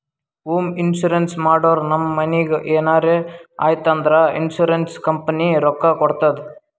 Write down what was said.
home insurance ಮಾಡುರ್ ನಮ್ ಮನಿಗ್ ಎನರೇ ಆಯ್ತೂ ಅಂದುರ್ ಇನ್ಸೂರೆನ್ಸ್ ಕಂಪನಿ ರೊಕ್ಕಾ ಕೊಡ್ತುದ್